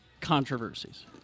controversies